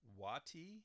Wati